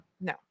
No